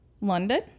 London